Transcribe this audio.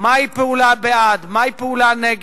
תודה רבה.